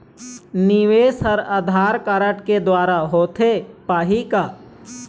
निवेश हर आधार कारड के द्वारा होथे पाही का?